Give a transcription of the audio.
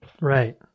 Right